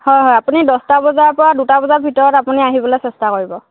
হয় হয় আপুনি দহটা বজাৰ পৰা দুটা বজাৰ ভিতৰত আপুনি আহিবলৈ চেষ্টা কৰিব